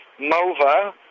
MOVA